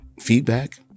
feedback